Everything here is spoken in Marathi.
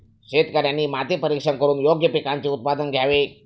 शेतकऱ्यांनी माती परीक्षण करून योग्य पिकांचे उत्पादन घ्यावे